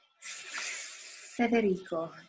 Federico